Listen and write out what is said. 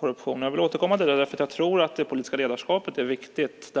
korruption. Jag vill återkomma till det eftersom jag tror att det politiska ledarskapet är viktigt.